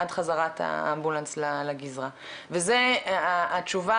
עד חזרת האמבולנס לגזרה וזה התשובה